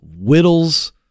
whittles